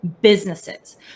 businesses